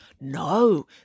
No